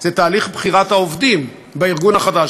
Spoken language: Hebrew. הוא תהליך בחירת העובדים בארגון החדש,